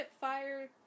fire